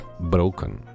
Broken